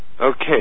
Okay